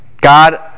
God